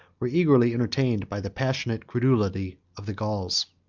were eagerly entertained by the passionate credulity of the gauls.